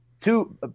two